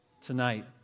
tonight